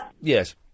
Yes